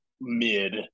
mid